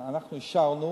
אנחנו אישרנו.